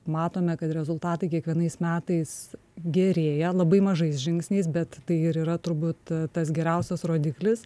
matome kad rezultatai kiekvienais metais gerėja labai mažais žingsniais bet tai ir yra turbūt tas geriausias rodiklis